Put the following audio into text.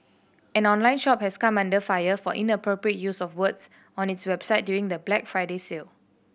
an online shop has come under fire for inappropriate use of words on its website during the Black Friday sale